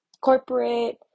corporate